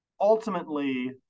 ultimately